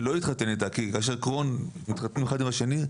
שלא יתחתן אתה כי כאשר שני חולי קרוהן מתחתנים אחד עם השני,